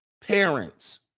parents